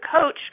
coach